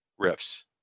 Riffs